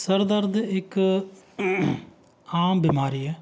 ਸਿਰ ਦਰਦ ਇੱਕ ਆਮ ਬਿਮਾਰੀ ਹੈ